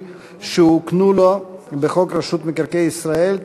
שהוקנו לו בחוק רשות מקרקעי ישראל,